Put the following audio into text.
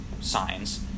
signs